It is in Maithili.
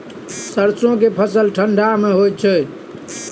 सरसो के फसल ठंडा मे होय छै?